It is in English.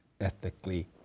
ethically